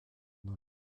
dans